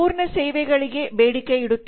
ಸಂಪೂರ್ಣ ಸೇವೆಗಳಿಗೆ ಬೇಡಿಕೆ ಇಡುತ್ತಿದ್ದಾರೆ